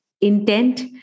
intent